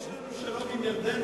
שיש שלום עם ירדן,